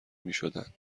میشدند